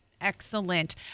Excellent